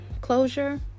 closure